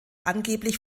angeblich